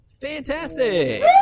fantastic